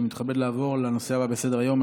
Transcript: אני מתכבד לעבור לנושא הבא בסדר-היום: